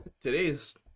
today's